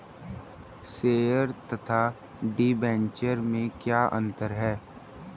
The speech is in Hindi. शेयर तथा डिबेंचर में क्या अंतर है?